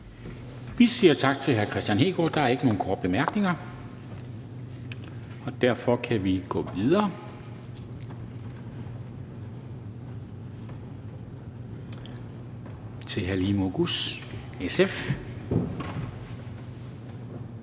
Vi siger tak til hr. Kristian Hegaard. Der er ikke nogen korte bemærkninger. Derfor kan vi gå videre til fru Halime Oguz, SF.